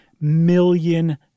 million